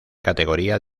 categoría